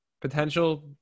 Potential